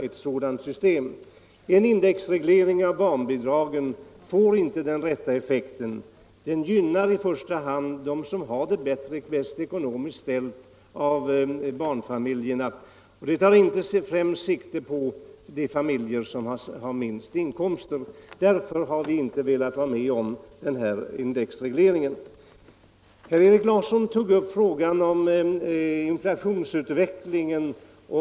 En indexreglering av barnbidragen får inte den rätta effekten. Den gynnar i första hand dem som har det bäst ställt ekonomiskt av barnfamiljerna — den tar inte främst sikte på de familjer som har minst inkomster. Därför har vi inte velat vara med om en indexreglering. Herr Erik Larsson i Öskevik tog upp frågan om inflationsutvecklingen.